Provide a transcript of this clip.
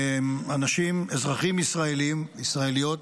אזרחים ישראלים וישראליות